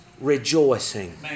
rejoicing